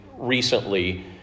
recently